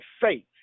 faith